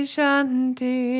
Shanti